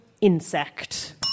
insect